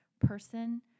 person